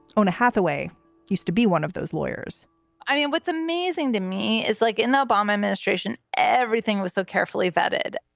donna hathaway used to be one of those lawyers i mean, what's amazing to me is like in the obama administration, everything was so carefully vetted.